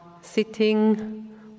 sitting